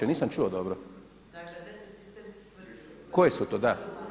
Nisam čuo dobro [[Upadica Ninčević-Lesandrić: Dakle 10 sistemskih tvrtki.]] Koje su to da?